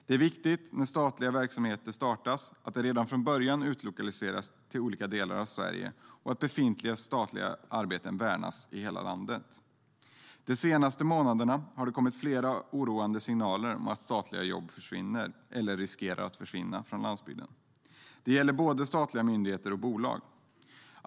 Det är viktigt när nya statliga verksamheter startas att de redan från början utlokaliseras till olika delar av Sverige och att befintliga statliga arbeten värnas i hela landet.De senaste månaderna har det kommit flera oroande signaler om att statliga jobb försvinner, eller riskerar att försvinna, från landsbygden. Det gäller både statliga myndigheter och bolag.